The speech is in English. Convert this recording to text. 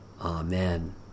Amen